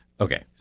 Okay